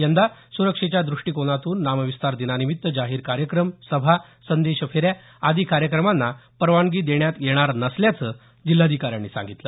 यंदा सुरक्षेच्या द्रष्टीकोनातून नामविस्तार दिनानिमित्त जाहीर कार्यक्रम सभा संदेशफेऱ्या आदी कार्यक्रमांना परवानगी देण्यात येणार नसल्याचं जिल्हाधिकाऱ्यांनी सांगितलं